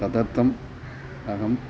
तदर्थम् अहम्